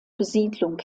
besiedlung